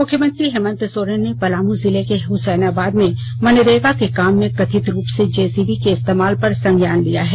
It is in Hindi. मुख्यमंत्री हेमंत सोरेन ने पलामू जिले के हुसैनाबाद में मनरेगा के काम में कथित रूप से जेसीबी के इस्तेमाल पर संज्ञान लिया हैं